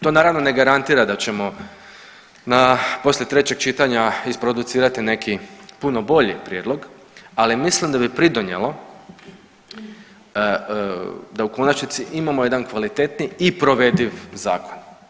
To naravno ne garantira da ćemo na poslije trećeg čitanja isproducirati neki puno bolji prijedlog, ali mislim da bi pridonijelo da u konačnici imamo jedan kvalitetniji i provediv zakon.